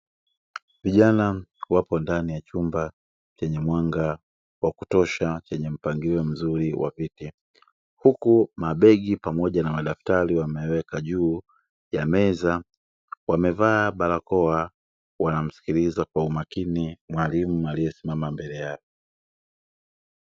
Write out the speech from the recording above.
Vijana wapo ndani ya chumba chenye mwanga wa kutosha chenye mpangilio mzuri wa viti, huku mabegi pamoja na madaftari wameyaweka juu ya meza, wamevaa barakoa wanamsikiliza kwa umakini mwalimu aliyesimama mbele yao.